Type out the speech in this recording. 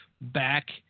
back